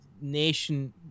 nation